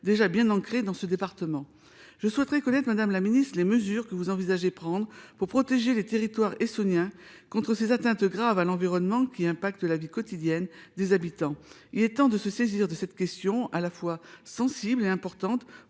déjà bien ancrées dans ce département. Je souhaiterais connaître, madame la ministre, les mesures que vous envisagez de prendre pour protéger les territoires essonniens contre ces atteintes graves à l'environnement qui ont un impact sur la vie quotidienne des habitants. Il est temps de se saisir de cette question sensible et importante